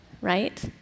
right